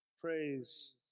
praise